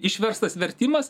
išverstas vertimas